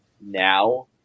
now